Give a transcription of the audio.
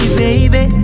baby